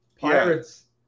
Pirates